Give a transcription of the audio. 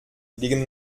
liegen